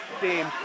team